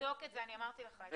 תבדוק את זה, אני אמרתי לך את זה.